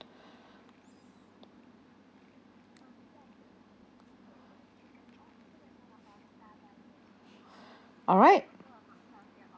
alright